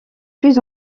plus